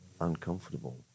uncomfortable